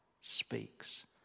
speaks